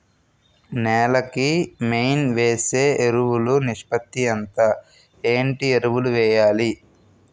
నేల కి మెయిన్ వేసే ఎరువులు నిష్పత్తి ఎంత? ఏంటి ఎరువుల వేయాలి?